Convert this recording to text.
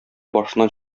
башыннан